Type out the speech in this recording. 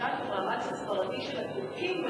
שהמשט הוא מאמץ הסברתי של הטורקים,